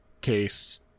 case